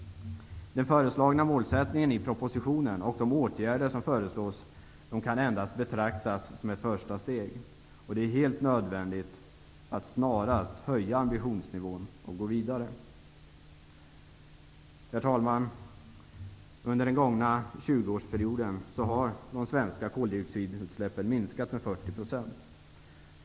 Den föreslagna målsättningen i propositionen och de åtgärder som föreslås kan endast betraktas som ett första steg, och det är helt nödvändigt att snarast höja ambitionsnivån och gå vidare. Herr talman! Under den gångna 20-årsperioden har de svenska koldioxidutsläppen minskat med 40 %.